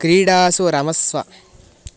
क्रीडासु रमस्व